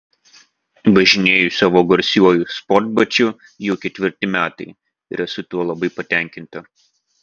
važinėju savo garsiuoju sportbačiu jau ketvirti metai ir esu tuo labai patenkinta